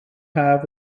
haf